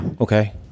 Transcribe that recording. Okay